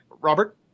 Robert